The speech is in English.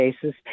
cases